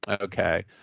Okay